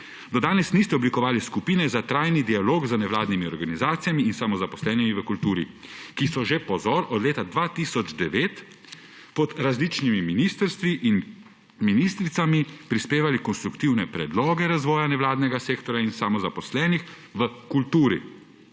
Do danes niste oblikovali skupine za trajni dialog z nevladnimi organizacijami in samozaposlenimi v kulturi, ki so že, pozor, od leta 2009 pod različnimi ministri in ministricami prispevali konstruktivne predloge razvoja nevladnega sektorja in samozaposlenih v kulturi.